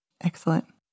Excellent